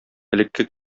элекке